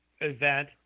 event